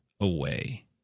away